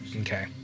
Okay